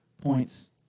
points